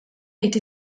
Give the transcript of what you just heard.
été